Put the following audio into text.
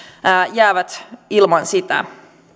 jäävät ilman sitä